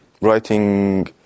writing